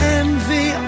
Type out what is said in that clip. envy